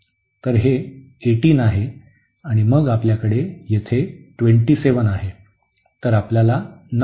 तर हे 18 आहे आणि मग आपल्याकडे तेथे 27 आहे